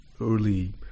early